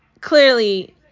clearly